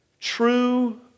true